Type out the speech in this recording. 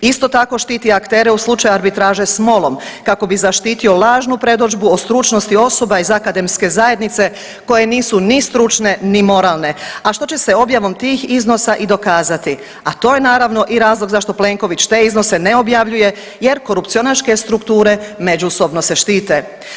Isto tako štiti aktere u slučaju arbitraže s MOL-om kako bi zaštitio lažnu predodžbu o stručnosti osoba iz akademske zajednice koje nisu ni stručne, ni moralne, a što će se objavom tih iznosa i dokazati a to je naravno i razlog zašto Plenković te iznose ne objavljuje jer korupcionaške strukture međusobno se štite.